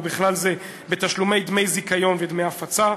ובכלל זה בתשלומי דמי זיכיון ודמי הפצה,